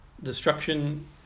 destruction